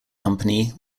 company